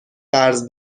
قرض